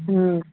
ओम